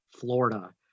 Florida